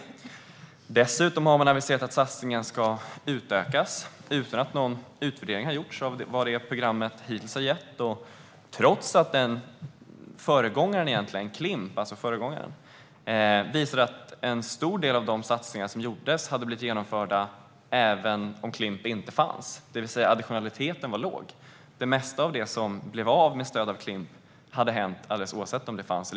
Man har dessutom aviserat att satsningen ska utökas utan att någon utvärdering har gjorts om vad programmet hittills har gett - detta trots att föregångaren, Klimp, visar att en stor del av de satsningar som gjordes hade genomförts även om Klimp inte hade funnits. Additionaliteten var alltså låg. Det mesta av det som blev av med stöd av Klimp hade hänt alldeles oavsett om satsningen funnits.